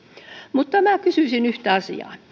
mutta minä kysyisin yhtä asiaa